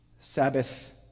Sabbath